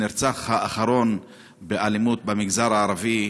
הנרצח האחרון באלימות במגזר הערבי,